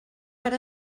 per